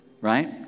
Right